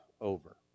over